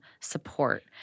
support